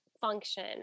function